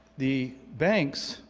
the banks,